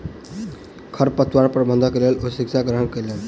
खरपतवार प्रबंधनक लेल ओ शिक्षा ग्रहण कयलैन